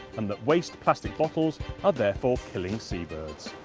and that waste plastic bottles are therefore killing sea birds.